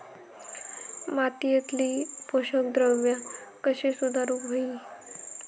मातीयेतली पोषकद्रव्या कशी सुधारुक होई?